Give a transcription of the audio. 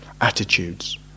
Attitudes